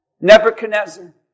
Nebuchadnezzar